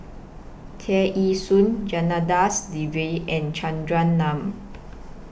Tear Ee Soon Janadas Devan and Chandran Nair